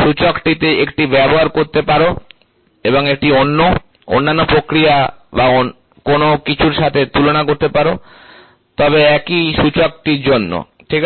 সূচকটিতে একটি ব্যবহার করতে পারো এবং এটি অন্য অন্যান্য প্রক্রিয়া বা কোনও কিছুর সাথে তুলনা করতে পারো তবে একই সূচকটির জন্য ঠিক আছে